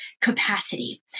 capacity